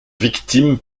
victime